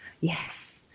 yes